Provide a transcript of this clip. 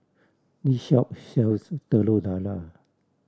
this shop sells Telur Dadah